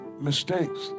mistakes